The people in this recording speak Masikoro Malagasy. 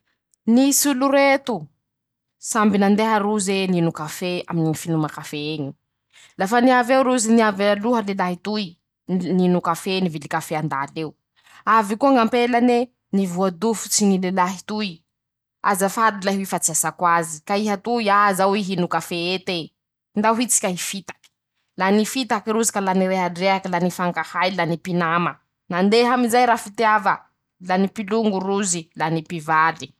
Nisy olo reto ,samby nandeha roze nino kafe ,aminy ñy finoma kafe eñy. Lafa niavy eo rozy ,niavy aloha lelahy toy, li n nino kafe nivily kafe an-dal'eo ,avy koa ñ'ampelane ,nivoa dofotsiny ñy lelahy toy ,azafady lahy hoy fa tsy asako azy, ka iha toy? Aha ,zaho hoy hino kafe ete ,ndao hoy tsika hifitaky ,la nifitaky rozy ka la nirehadrehaky ,la nifankahay ,la nipinama ,nandeha amizay ra-fitiava ,la nipilongo rozy ,la ni-pivaly.